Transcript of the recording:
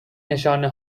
نشانه